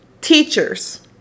teachers